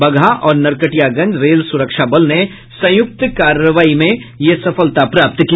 बगहा और नरकटियागंज रेल सुरक्षा बल ने संयुक्त कार्रवाई में यह सफलता प्राप्त की